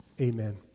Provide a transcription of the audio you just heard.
Amen